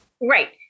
Right